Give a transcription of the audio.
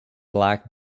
black